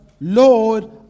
Lord